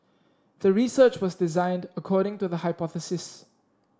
the research was designed according to the hypothesis